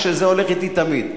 הולך אתי תמיד.